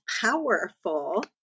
powerful